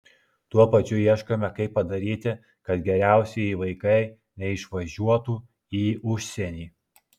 tuo pačiu ieškome kaip padaryti kad geriausieji vaikai neišvažiuotų į užsienį